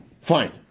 Fine